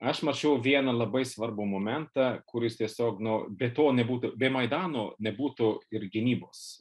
aš mačiau vieną labai svarbų momentą kuris tiesiog nu be to nebūtų be maidano nebūtų ir gynybos